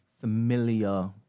familiar